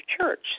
church